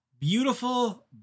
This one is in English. beautiful